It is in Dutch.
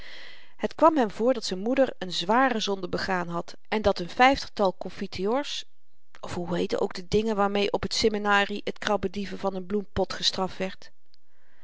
het kwam hem voor dat z'n moeder n zware zonde begaan had en dat n vyftigtal confiteors of hoe heetten ook de dingen waarmee op t simmenarie t krabbedieven van n bloempot gestraft wordt